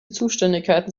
zuständigkeiten